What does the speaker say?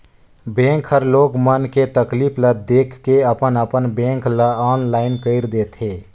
bank हर लोग मन के तकलीफ ल देख के अपन अपन बेंक ल आनलाईन कइर देथे